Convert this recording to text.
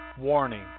Warning